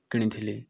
କିଣିଥିଲି